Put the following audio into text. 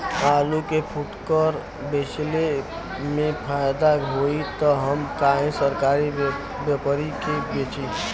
आलू के फूटकर बेंचले मे फैदा होई त हम काहे सरकारी व्यपरी के बेंचि?